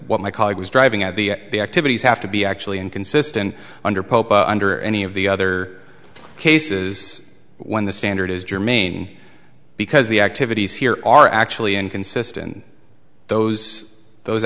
what my colleague was driving at the activities have to be actually inconsistent under pope under any of the other cases when the standard is germane because the activities here are actually inconsistent those those